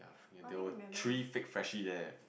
in there were three fake Freshies there